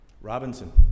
Robinson